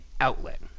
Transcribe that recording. outlet